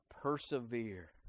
Persevere